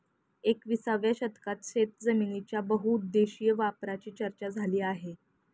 एकविसाव्या शतकात शेतजमिनीच्या बहुउद्देशीय वापराची चर्चा झाली आहे